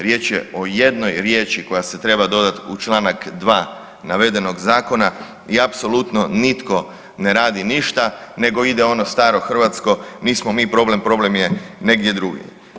Riječ je o jednoj riječi koja se treba dodati u čl. 2. navedenog zakona i apsolutno nitko ne radi ništa nego ide ono starohrvatsko, nismo mi problem, problem je negdje drugdje.